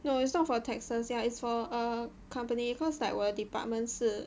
no it's not for taxes yeah is err company you cause like 我 department 是